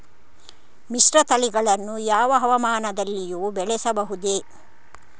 ಮಿಶ್ರತಳಿಗಳನ್ನು ಯಾವ ಹವಾಮಾನದಲ್ಲಿಯೂ ಬೆಳೆಸಬಹುದೇ?